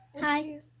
Hi